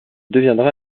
deviendra